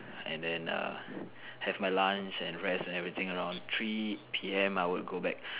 and then err have my lunch and rest and everything around three P_M I would go back